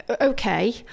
okay